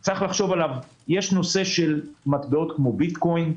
יש נושא של מטבעות כמו ביטקוין,